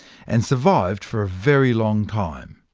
and survived for a very long time,